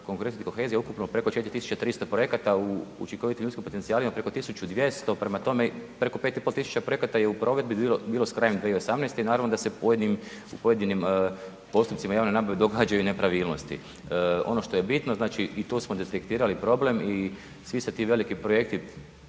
konkurentnosti i kohezije ukupno preko 4300 projekata u učinkovitim ljudskim potencijalima preko 1200, prema tome preko 5,5 tisuća projekata je i u provedbi bilo s krajem 2018. i naravno da se u pojedinim postupcima javne nabave događaju nepravilnosti. Ono što je bitno, znači i tu smo detektirali problem i svi se ti veliki projekti